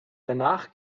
danach